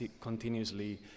continuously